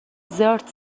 زرت